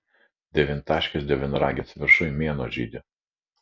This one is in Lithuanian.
devyniašakis devyniaragis viršuj mėnuo žydi